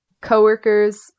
coworkers